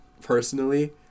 personally